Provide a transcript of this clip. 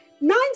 Nine